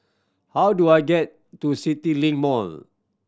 how do I get to CityLink Mall